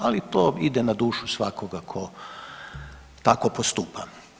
Ali to ide na dušu svakoga tko tako postupa.